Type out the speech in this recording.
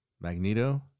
Magneto